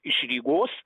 iš rygos